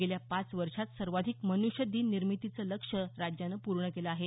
गेल्या पाच वर्षात सर्वाधिक मन्ष्यदिन निर्मितीचं लक्ष्य राज्यानं पूर्ण केलं आहे